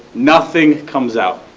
nothing comes out.